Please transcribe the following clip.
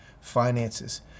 finances